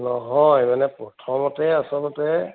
নহয় মানে প্ৰথমতে আচলতে